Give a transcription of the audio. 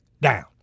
down